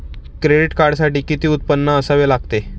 Credit कार्डसाठी किती उत्पन्न असावे लागते?